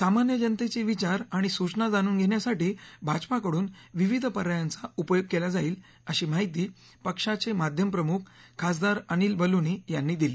सामान्य जनतेचे विचार आणि सूचना जाणून घेण्यासाठी भाजपाकडून विविध पर्यायांचा उपयोग केला जाईल अशी माहिती पक्षाचे माध्यम प्रमुख खासदार अनिल बलुनी यांनी दिली